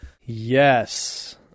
Yes